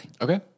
Okay